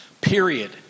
period